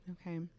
Okay